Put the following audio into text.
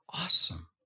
awesome